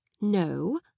No